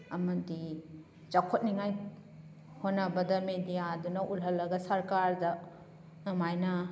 ꯑꯃꯗꯤ ꯆꯥꯎꯈꯠꯅꯤꯡꯉꯥꯏ ꯍꯣꯠꯅꯕꯗ ꯃꯦꯗꯤꯌꯥꯗꯨꯅ ꯎꯠꯍꯜꯂꯒ ꯁꯔꯀꯥꯔꯗ ꯑꯗꯨꯃꯥꯏꯅ